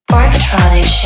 Parktronic